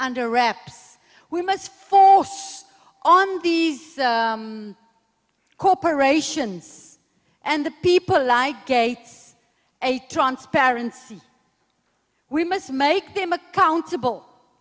under wraps we must force on these corporations and the people like gates a transparency we must make them accountable